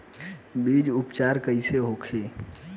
बीजो उपचार कईसे होखे?